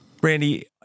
Brandy